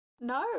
No